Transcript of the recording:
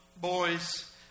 boys